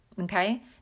Okay